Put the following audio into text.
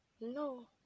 no